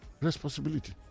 responsibility